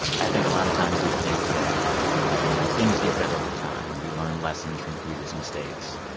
i think a lot of times we think that things get better with time and we learn lessons from previous mistakes,